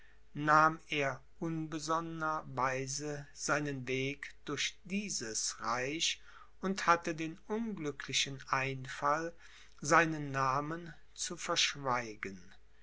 nahm er unbesonnener weise seinen weg durch dieses reich und hatte den unglücklichen einfall seinen namen zu verschweigen